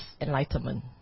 enlightenment